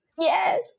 Yes